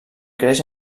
creix